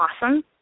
awesome